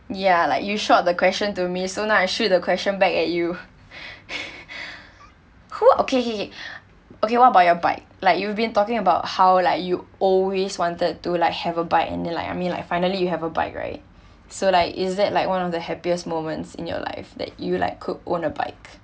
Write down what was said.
ya like you shot the question to me so now I shoot the question back at you who okay okay what you about your bike like you've been talking about how like you always wanted to like have a bike and then like I mean like finally you have a bike right so like is it like one of the happiest moments in your life that you like could own a bike